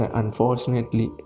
unfortunately